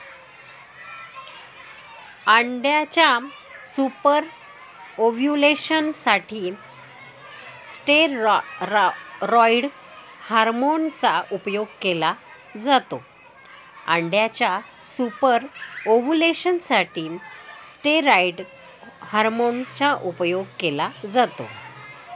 अंड्याच्या superovulation साठी steroid hormone चा उपयोग केला जातो